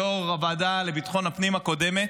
יושבת-ראש הוועדה לביטחון הפנים הקודמת,